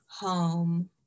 home